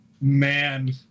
Man